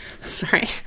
sorry